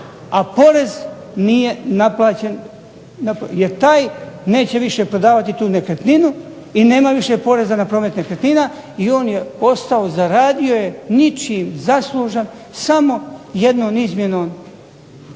a porez nije naplaćen, jer taj više neće prodavati tu nekretninu i nema više poreza na promet nekretnina i on je ostao, zaradio je ničim zaslužan samo jednom izmjenom